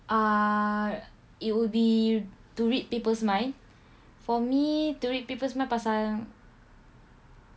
uh it would be to read people's mind for me to read people's mind pasal yang